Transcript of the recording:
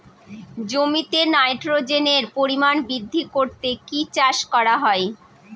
জমিতে নাইট্রোজেনের পরিমাণ বৃদ্ধি করতে কি চাষ করা হয়?